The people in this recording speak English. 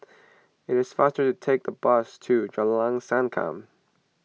it is faster to take the bus to Jalan Sankam